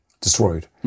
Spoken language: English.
destroyed